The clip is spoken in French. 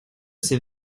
ses